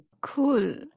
Cool